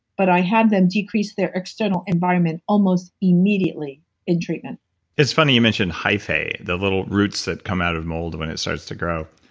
but i have them decrease their external environment almost immediately in treatment it's funny you mentioned hyphae, the little roots that come out of mold when it starts to grow.